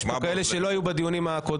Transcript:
יש פה כאלה שלא היו בדיונים הקודמים,